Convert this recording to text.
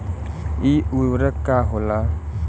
इ उर्वरक का होला?